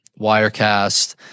Wirecast